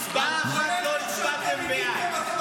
הצבעה אחת לא הצבעתם בעד.